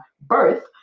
birth